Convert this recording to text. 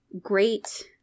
great